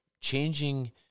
changing